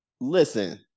listen